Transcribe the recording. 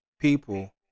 people